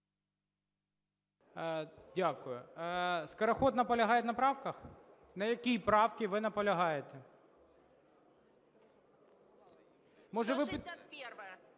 Дякую. Скороход наполягає на правках? На якій правці ви наполягаєте?